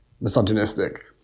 misogynistic